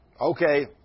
okay